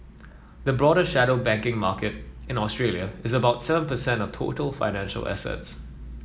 the broader shadow banking market in Australia is about seven percent of total financial assets